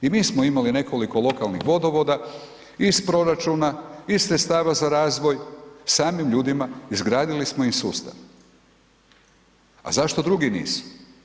I mi smo imali nekoliko lokalnih vodovoda iz proračuna, iz sredstava za razvoj, samim ljudima izgradili smo im sustav, a zašto drugi nisu?